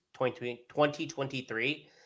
2023